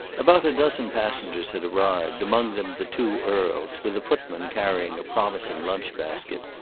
about a dozen passengers had arrived, among them the two earls, with a footman carrying a promising lunch-basket,